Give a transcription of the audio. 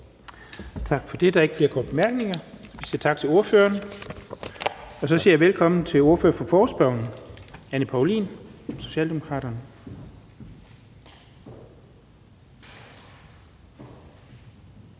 Tak for det. Der er ikke flere korte bemærkninger. Vi siger tak til ordføreren, og så siger jeg velkommen til ordføreren for Socialdemokratiet,